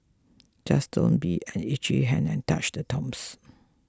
just don't be an itchy hand and touch the tombs